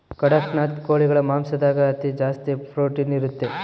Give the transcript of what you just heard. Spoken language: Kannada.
ಕಡಖ್ನಾಥ್ ಕೋಳಿಗಳ ಮಾಂಸದಾಗ ಅತಿ ಜಾಸ್ತಿ ಪ್ರೊಟೀನ್ ಇರುತ್ತೆ